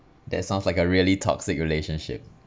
that sounds like a really toxic relationship